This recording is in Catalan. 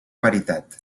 veritat